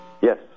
Yes